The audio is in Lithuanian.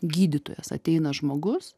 gydytojas ateina žmogus